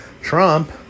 Trump